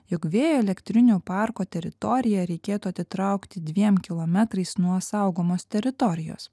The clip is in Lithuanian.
jog vėjo elektrinių parko teritoriją reikėtų atitraukti dviem kilometrais nuo saugomos teritorijos